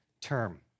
term